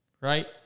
right